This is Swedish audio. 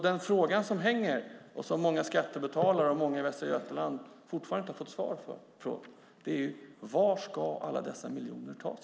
Den fråga som hänger och som många skattebetalare och många i Västra Götaland fortfarande inte har fått svar på är: Varifrån ska alla dessa miljoner tas?